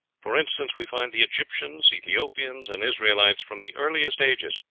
for instance, we find the egyptians, ethiopians, and israelites, from the earliest ages,